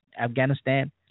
Afghanistan